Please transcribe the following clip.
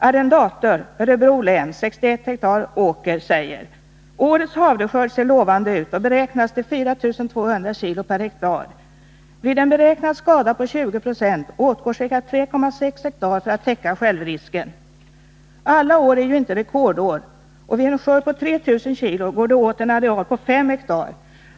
Arrendator nr 1 i Örebro län med 61 ha åker säger: Årets havreskörd ser lovande ut och beräknas till 4 200 kg/ha. Vid en beräknad skada på 20 20 åtgår ca 3,6 ha för att täcka självrisken. Alla år är ju inte rekordår, och vid en skörd på 3 000 kg går det åt en areal på 5 ha.